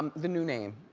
the new name.